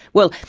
well,